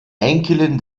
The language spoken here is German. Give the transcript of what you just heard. enkelin